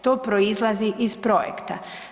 To proizlazi iz projekta.